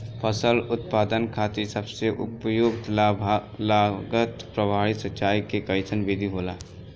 फसल उत्पादन खातिर सबसे उपयुक्त लागत प्रभावी सिंचाई के कइसन विधि होला?